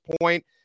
point